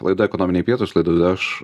laida ekonominiai pietūs laidą vedu aš